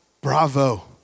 bravo